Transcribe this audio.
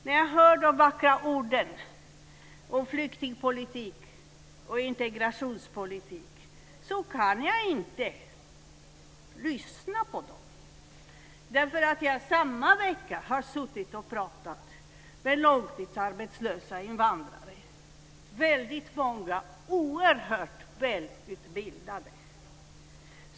Jag kan inte lyssna på de vackra orden om flyktingpolitik och integrationspolitik därför att jag har samma vecka suttit och pratat med långtidsarbetslösa invandrare - väldigt många oerhört välutbildade.